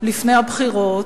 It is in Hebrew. לפני הבחירות,